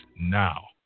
now